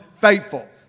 faithful